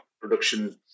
production